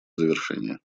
завершение